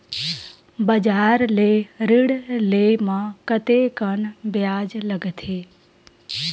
बजार ले ऋण ले म कतेकन ब्याज लगथे?